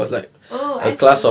oh I see